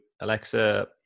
alexa